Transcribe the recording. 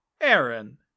aaron